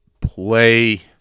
play